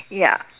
ya